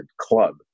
club